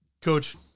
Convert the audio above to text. Coach